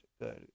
good